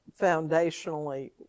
foundationally